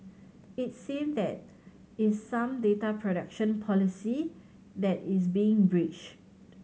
it seem that is some data protection policy that is being breached